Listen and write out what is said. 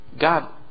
God